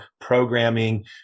programming